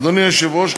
אדוני היושב-ראש,